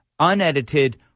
unedited